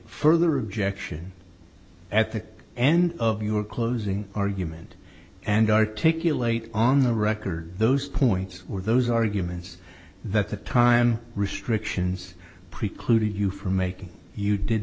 further objection at the end of your closing argument and articulate on the record those points or those arguments that the time restrictions precluded you from making you did